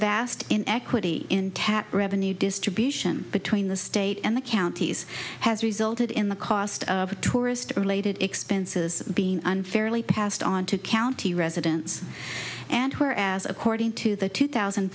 vast in equity in tax revenue distribution between the state and the counties has resulted in the cost of the tourist related expenses being unfairly passed on to county residents and where as according to the two thousand